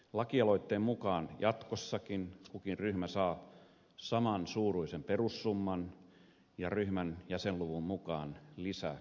lakialoitteen mukaan jatkossakin kukin ryhmä saa saman suuruisen perussumman ja ryhmän jäsenluvun mukaan lisäsumman